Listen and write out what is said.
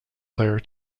player